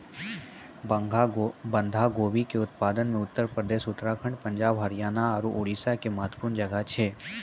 बंधा गोभी के उत्पादन मे उत्तर प्रदेश, उत्तराखण्ड, पंजाब, हरियाणा आरु उड़ीसा के महत्वपूर्ण जगह छै